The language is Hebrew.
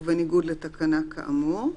ובניגוד לתקנה כאמור,